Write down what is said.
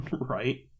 right